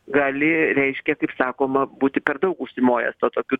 gali reiškia kaip sakoma būti per daug užsimojęs tokiu